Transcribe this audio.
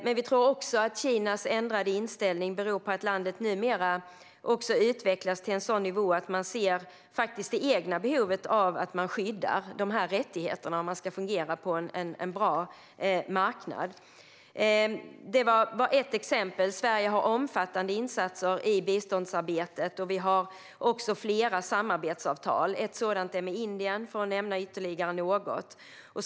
Men vi tror också att Kinas ändrade inställning beror på att landet numera har utvecklats till en sådan nivå att man ser det egna behovet av att dessa rättigheter skyddas om man ska fungera bra på en marknad. Det var ett exempel. Sverige gör omfattande insatser i biståndsarbetet. Vi har också flera samarbetsavtal. Ett sådant har vi med Indien - för att nämna ytterligare ett exempel.